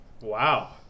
Wow